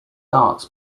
darts